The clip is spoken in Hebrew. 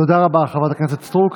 תודה רבה, חברת הכנסת סטרוק.